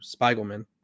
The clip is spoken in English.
spiegelman